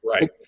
right